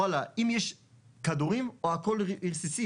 וואלה אם יש כדורים או הכל רסיסים?